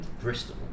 Bristol